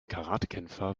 karatekämpfer